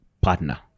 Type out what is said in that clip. partner